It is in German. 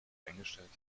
eingestellt